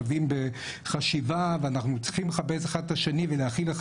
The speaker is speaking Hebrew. שווים בחשיבה ואנחנו צריכים לכבד אחד את השני ולהכיל אחד